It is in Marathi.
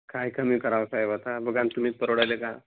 काय कमी करावं साहेब आता बघा ना तुम्हीच परवडायले का